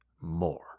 more